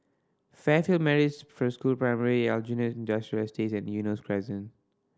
Fairfield Methodist School Primary Aljunied Industrial Estate and Eunos Crescent